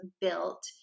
built